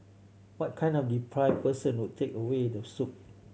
what kind of depraved person would take away the soup